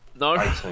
No